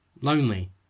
lonely